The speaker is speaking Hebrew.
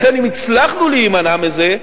לכן, אם הצלחנו להימנע מזה,